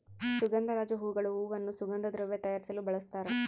ಸುಗಂಧರಾಜ ಹೂಗಳು ಹೂವನ್ನು ಸುಗಂಧ ದ್ರವ್ಯ ತಯಾರಿಸಲು ಬಳಸ್ತಾರ